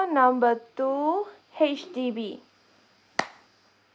number two H_D_B